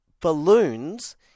balloons